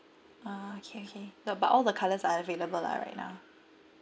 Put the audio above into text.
ah okay okay the but all the colours are available lah right now